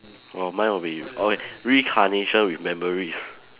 oh mine will be okay reincarnation with memories